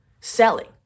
selling